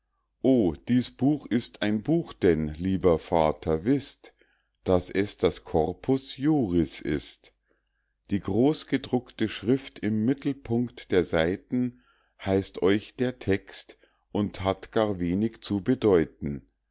o dies buch ist ein buch denn lieber vater wißt daß es das corpus juris ist die großgedruckte schrift im mittelpunkt der seiten heißt euch der text und hat gar wenig zu bedeuten